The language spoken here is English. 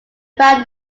band